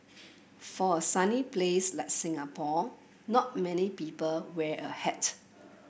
for a sunny place like Singapore not many people wear a hat